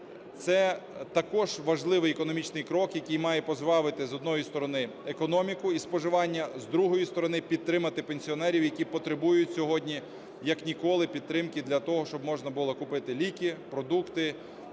Це також важливий економічний крок, який має пожвавити, з однієї сторони, економіку і споживання, з другої сторони, підтримати пенсіонерів, які потребують сьогодні як ніколи підтримки для того, щоб можна було купити ліки, продукти.